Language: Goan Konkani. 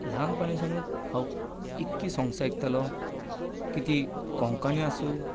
ल्हानपणासनूच हांव इतलीं सोंग्स आयकतालों की तीं कोंकणी आसूं